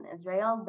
Israel